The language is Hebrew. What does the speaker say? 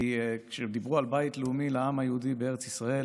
כי כשדיברו על בית לאומי לעם היהודי בארץ ישראל